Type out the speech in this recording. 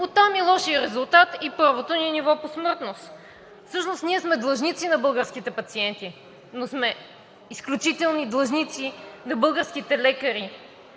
Оттам и лошият резултат, и първото ни ниво по смъртност. Всъщност ние сме длъжници на българските пациенти, но сме изключителни длъжници на българските лекари